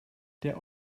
der